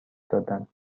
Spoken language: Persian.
دادم